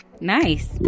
Nice